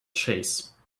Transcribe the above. chase